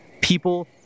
people